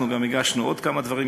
הגשנו עוד כמה דברים,